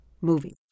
movie